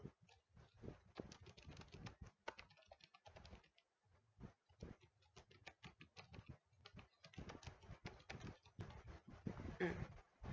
mm